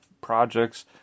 projects